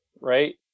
right